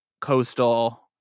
coastal